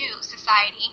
society